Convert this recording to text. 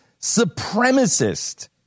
supremacist